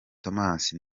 thomas